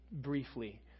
briefly